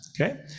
Okay